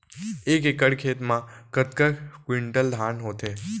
एक एकड़ खेत मा कतका क्विंटल धान होथे?